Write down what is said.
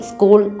School